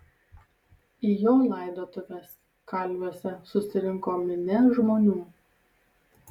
į jo laidotuves kalviuose susirinko minia žmonių